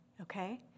okay